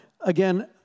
Again